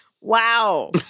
Wow